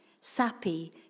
sappy